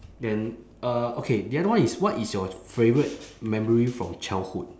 then uh okay the other one is what is your favourite memory from childhood